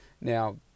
Now